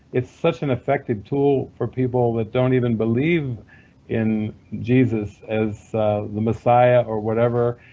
it's such an effective tool for people that don't even believe in jesus as the messiah or whatever.